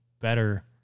better